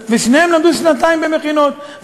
ושניהם למדו שנתיים במכינות,